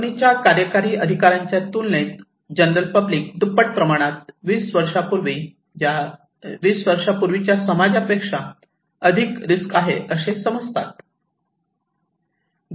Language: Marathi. कंपनीच्या कार्यकारी अधिकाऱ्यांच्या तुलनेत जनरल पब्लिक दुप्पट प्रमाणात 20 वर्षांपूर्वी च्या समाजा पेक्षा सध्या अधिक रिस्क आहे असे समजतात